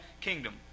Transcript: kingdom